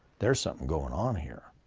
there's something going on here.